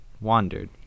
wandered